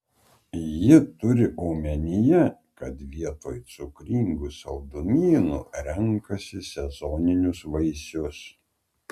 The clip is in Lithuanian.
ji turi omenyje kad vietoj cukringų saldumynų renkasi sezoninius vaisius